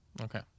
Okay